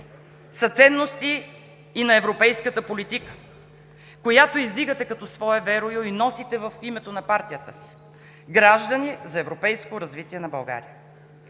са ценности и на европейската политика, която издигате като свое верую и носите в името на партията си – „Граждани за европейско развитие на България“.